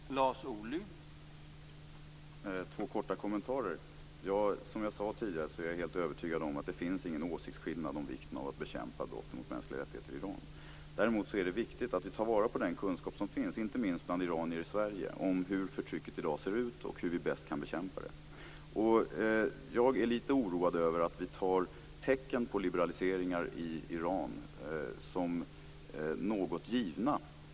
Herr talman! Bara några korta kommentarer: Som jag sade tidigare är jag helt övertygad om att det inte finns någon åsiktsskillnad när det gäller vikten av att bekämpa brotten mot mänskliga rättigheter i Iran. Däremot är det viktigt att vi tar vara på den kunskap som finns, inte minst bland iranier i Sverige, om hur förtrycket i dag ser ut och hur vi bäst kan bekämpa det. Jag är litet oroad över att vi tar tecken på liberaliseringar i Iran som något givet.